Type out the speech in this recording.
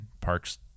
parks